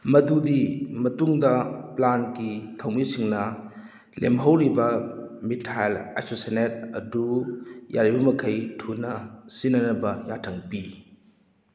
ꯃꯗꯨꯗꯤ ꯃꯇꯨꯡꯗ ꯄ꯭ꯂꯥꯟꯒꯤ ꯊꯧꯃꯤꯁꯤꯡꯅ ꯂꯦꯝꯍꯧꯔꯤꯕ ꯃꯤꯊꯥꯏꯜ ꯑꯥꯏꯁꯣꯁꯤꯅꯦꯠ ꯑꯗꯨ ꯌꯥꯔꯤꯕꯃꯈꯩ ꯊꯨꯅ ꯁꯤꯅꯅꯕ ꯌꯥꯊꯪ ꯄꯤ